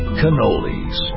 cannolis